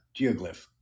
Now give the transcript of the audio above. geoglyph